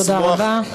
תודה רבה.